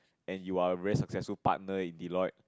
and you are very successful partner in Deloitte